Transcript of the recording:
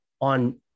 on